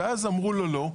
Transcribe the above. ואז אמרו לו לא,